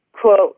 quote